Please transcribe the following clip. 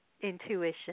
intuition